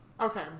Okay